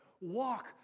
walk